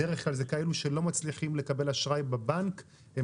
בדרך כלל זה אנשים שלא מצליחים לקבל אשראי בבנק הם